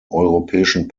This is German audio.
europäischen